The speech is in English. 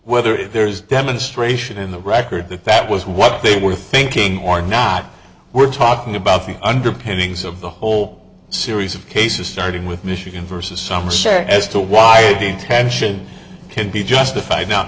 whether if there's a demonstration in the record that that was what they were thinking or not we're talking about the underpinnings of the whole series of cases starting with michigan versus some sure as to why the tension can be justified now